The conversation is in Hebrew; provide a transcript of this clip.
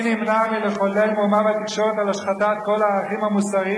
מי נמנע מלחולל מהומה בתקשורת על השחתת כל הערכים המוסריים